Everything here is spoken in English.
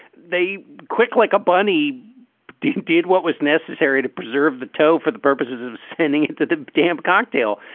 they quick like a bunny dick did what was necessary to preserve the toe for the purposes of spinning into the damp cocktail.